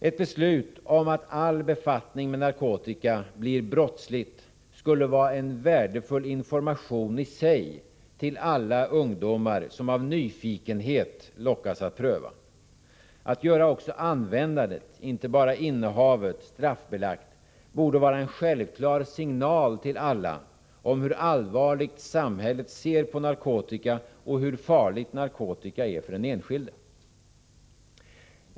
Ett beslut om att all befattning med narkotika är brottsligt skulle vara en värdefull information i sig till alla ungdomar, som av nyfikenhet lockas att pröva. Att göra också användande — inte bara innehav — straffbelagt borde vara en självklar signal till alla om hur allvarligt samhället ser på narkotika och hur farligt narkotika är för den enskilde.